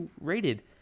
rated